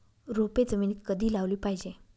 रोपे जमिनीत कधी लावली पाहिजे?